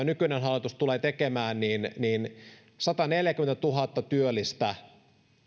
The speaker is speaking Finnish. nykyinen hallitus tulee tekemään niin sataneljäkymmentätuhatta työllistä